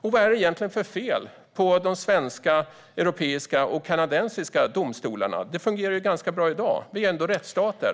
Och vad är det egentligen för fel på de svenska, europeiska och kanadensiska domstolarna? Det hela fungerar ju ganska bra i dag - vi är ju ändå rättsstater.